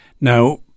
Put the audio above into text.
Now